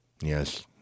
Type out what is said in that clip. Yes